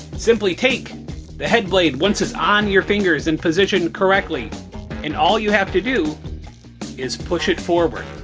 simply take the head blade once it's on your fingers and positioned correctly and all you have to do is push it forward.